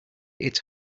its